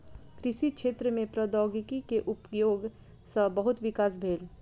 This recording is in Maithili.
कृषि क्षेत्र में प्रौद्योगिकी के उपयोग सॅ बहुत विकास भेल